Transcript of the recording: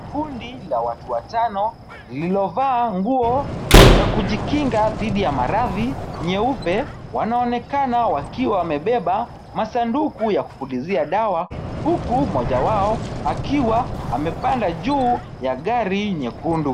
Kundi la watu watano lililovaa nguo za kujikinga dhidi ya maradhi nyeupe wanaonekana wakiwa wamebeba masanduku ya kupulizia dawa huku mmoja wao akiwa amepanda juu ya gari nyekundu.